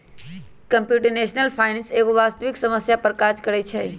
computational finance एगो वास्तविक समस्या पर काज करइ छै